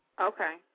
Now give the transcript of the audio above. Okay